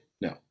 No